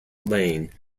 lane